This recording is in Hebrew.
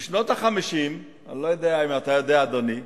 בשנות ה-50, אני לא יודע אם אתה יודע, אדוני,